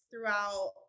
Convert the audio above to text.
throughout